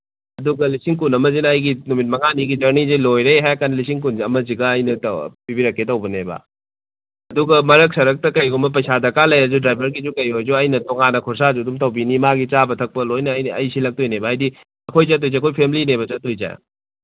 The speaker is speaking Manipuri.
ꯑꯗꯨꯒ ꯂꯤꯁꯤꯡ ꯀꯨꯟ ꯑꯃꯁꯤꯅ ꯑꯩꯒꯤ ꯅꯨꯃꯤꯠ ꯃꯉꯥꯅꯤꯒꯤ ꯖꯔꯅꯤꯁꯦ ꯂꯣꯏꯔꯦ ꯍꯥꯏꯔꯀꯥꯟ ꯂꯤꯁꯤꯡ ꯀꯨꯟ ꯑꯃꯁꯤꯒ ꯑꯩꯅ ꯄꯤꯕꯤꯔꯛꯀꯦ ꯇꯧꯕꯅꯦꯕ ꯑꯗꯨꯒ ꯃꯔꯛ ꯁꯥꯔꯛꯇ ꯀꯩꯒꯨꯝꯕ ꯄꯩꯁꯥ ꯗꯔꯀꯥꯔ ꯂꯩꯔꯁꯨ ꯗ꯭ꯔꯥꯏꯚꯔꯒꯤꯁꯨ ꯀꯩꯑꯣꯏꯁꯨ ꯑꯩꯅ ꯇꯣꯉꯥꯟꯅ ꯈꯣꯔꯁꯥꯁꯨ ꯑꯗꯨꯝ ꯇꯧꯕꯤꯅꯤ ꯃꯥꯒꯤ ꯆꯥꯕ ꯊꯛꯄ ꯂꯣꯏꯅ ꯑꯩ ꯁꯤꯜꯂꯛꯇꯣꯏꯅꯦꯕ ꯍꯥꯏꯗꯤ ꯑꯩꯈꯣꯏ ꯆꯠꯇꯣꯏꯁꯦ ꯑꯩꯈꯣꯏ ꯐꯦꯃꯤꯂꯤꯅꯦꯕ ꯆꯠꯇꯣꯏꯁꯦ